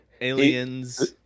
aliens